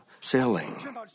sailing